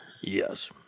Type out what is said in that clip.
Yes